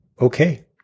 okay